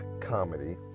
comedy